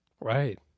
Right